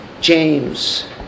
James